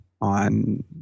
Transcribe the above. on